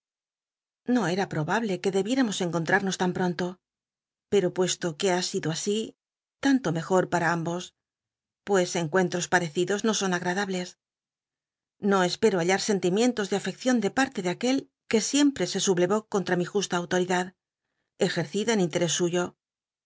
no cm probable que debi ramos encontrarnos tan pronto pero puesto que ha sido así tanto mejor para ambos pues encuentros parecidos no son agrada bles no espero halla sen ti mientos de afeccion de parte de aquel que siempre se sublerú contra mi justa autoridad ejercida en interés suyo